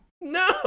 No